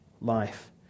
life